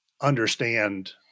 understand